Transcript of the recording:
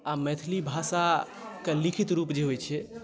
आ मैथिली भाषाके लिखित रूप जे होइत छै